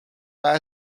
pas